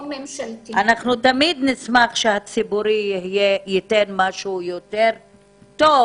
אנחנו תמיד נשמח שהציבורי ייתן משהו יותר טוב,